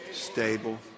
stable